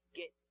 get